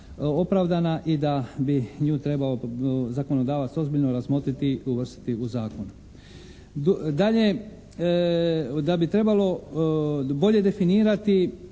opravdana i da bi nju trebao zakonodavac ozbiljno razmotriti i uvrstiti u zakon. Dalje, da bi trebalo bolje definirati